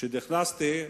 כשנכנסתי,